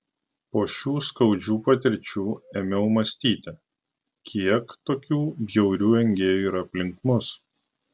po šių skaudžių patirčių ėmiau mąstyti kiek tokių bjaurių engėjų yra aplink mus